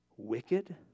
Wicked